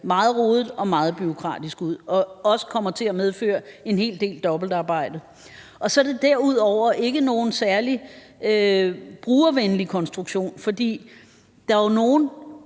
meget rodet og meget bureaukratisk ud, og at det også kommer til at medføre en hel del dobbeltarbejde. Og så er det derudover ikke nogen særlig brugervenlig konstruktion. For der er jo nogen,